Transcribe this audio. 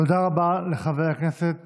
תודה רבה לחבר הכנסת